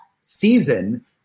season